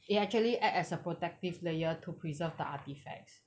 it actually act as a protective layer to preserve the artifacts